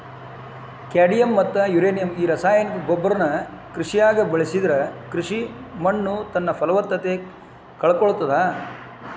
cadmium ಮತ್ತ uranium ಈ ರಾಸಾಯನಿಕ ಗೊಬ್ಬರನ ಕೃಷಿಯಾಗ ಬಳಸಿದ್ರ ಕೃಷಿ ಮಣ್ಣುತನ್ನಪಲವತ್ತತೆ ಕಳಕೊಳ್ತಾದ